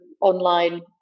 online